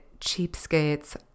cheapskates